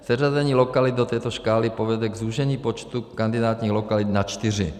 Seřazení lokalit do této škály povede k zúžení počtu kandidátních lokalit na čtyři.